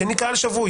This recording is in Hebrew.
כי הוא קהל שבוי.